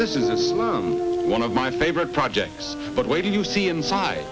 this is one of my favorite projects but wait do you see inside